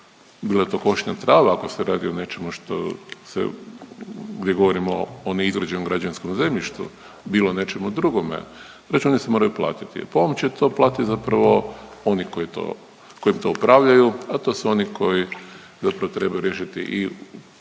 bilo da je to košnja trave, ako se radi o nečemu što se, ovdje govorimo o neizgrađenom građevinskom zemljištu, bilo nečemu drugome, računi se moraju platiti. Po ovom će to platiti zapravo oni koji to, kojim to upravljaju, a to su oni koji zapravo trebaju riješiti i upis,